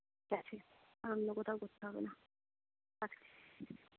ঠিক আছে আর অন্য কোথাও করতে হবে না রাখছি